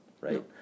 right